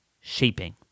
shaping